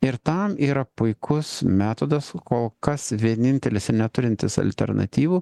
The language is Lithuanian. ir tam yra puikus metodas kol kas vienintelis ir neturintis alternatyvų